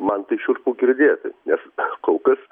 man tai šiurpu girdėti nes kol kas